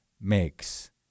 makes